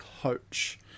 coach